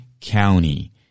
County